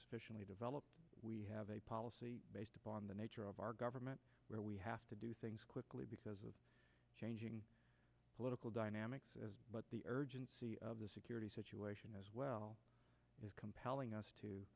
lly developed we have a policy based upon the nature of our government where we have to do things quickly because of changing political dynamics as but the urgency of the security situation as well is compelling us to